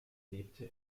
lebte